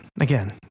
again